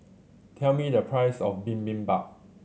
tell me the price of Bibimbap